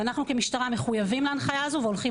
ואנחנו כמשטרה מחויבים להנחיה הזו והולכים